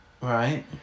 Right